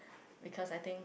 because I think